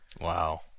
Wow